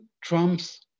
Trump's